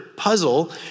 puzzle